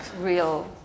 real